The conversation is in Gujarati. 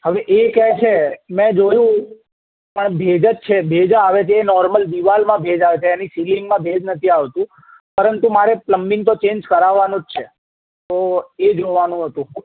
હવે એ કહે છે મેં જોયું પણ ભેજ જ છે ભેજ આવે છે એ નોર્મલ દીવાલમાં ભેજ આવે છે એની સીલિંગમાં ભેજ નથી આવતું પરંતુ મારે પ્લમ્બિંગ તો ચેન્જ કરાવવાનું જ છે તો એ જોવાનું હતું